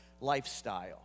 lifestyle